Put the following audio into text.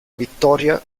vittoria